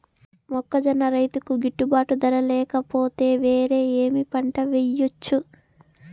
మొక్కజొన్న రైతుకు గిట్టుబాటు ధర లేక పోతే, వేరే ఏమి పంట వెయ్యొచ్చు?